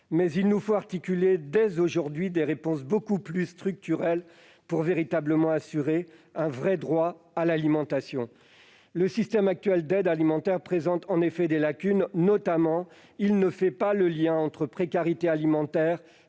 Il nous faut articuler dès aujourd'hui des réponses beaucoup plus structurelles pour assurer un vrai droit à l'alimentation. Le système actuel d'aide alimentaire présente en effet des lacunes. Il ne fait notamment pas le lien entre précarité alimentaire,